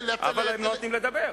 אבל הם לא נותנים לדבר.